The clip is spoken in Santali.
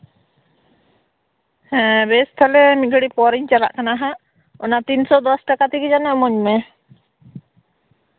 ᱵᱮᱥ ᱛᱟᱦᱞᱮ ᱢᱤᱫ ᱜᱷᱟᱹᱲᱤ ᱯᱚᱨ ᱤᱧ ᱪᱟᱞᱟᱜ ᱠᱟᱱᱟ ᱦᱟᱜ ᱚᱱᱟ ᱛᱤᱱᱥᱚ ᱫᱚᱥᱴᱟᱠᱟ ᱛᱮᱜᱮ ᱡᱮᱱᱚ ᱮᱢᱟᱹᱧ ᱢᱮ